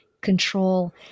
control